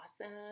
Awesome